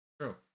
True